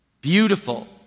Beautiful